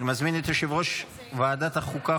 אני מזמין את יושב-ראש ועדת החוקה,